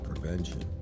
Prevention